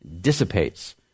dissipates